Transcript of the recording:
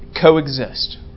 Coexist